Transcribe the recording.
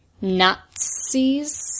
Nazis